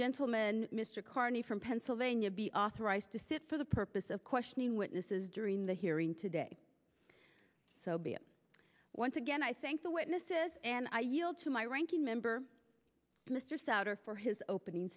gentleman mr carney from pennsylvania be authorized to sit for the purpose of questioning witnesses during the hearing today so be it once again i thank the witnesses and i yield to my ranking member mr souter for his opening